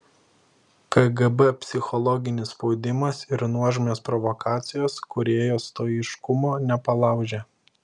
kgb psichologinis spaudimas ir nuožmios provokacijos kūrėjo stoiškumo nepalaužė